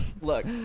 Look